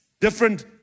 different